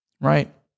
right